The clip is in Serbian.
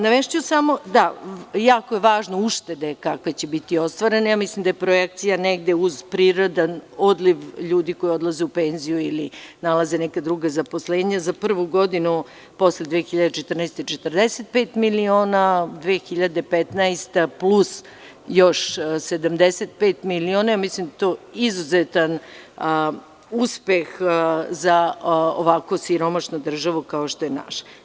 Navešću samo, jako je važno kakve će uštede biti ostvarene, mislim da je projekcija negde uz prirodan odliv ljudi koji odlaze u penziju ili nalaze neka druga zaposlenja, za prvu godinu posle 2014. godine 45 miliona, a 2015. godine plus još 75 miliona, uz izuzetan uspeh za ovako siromašnu državu kao što je naša.